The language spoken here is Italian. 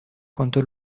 conto